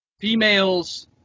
females